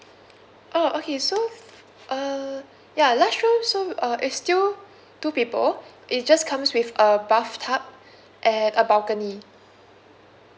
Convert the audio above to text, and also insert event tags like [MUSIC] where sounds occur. oh okay so uh ya large room so uh it's still two people it just comes with uh bath tub [BREATH] and a balcony